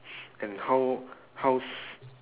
and how how's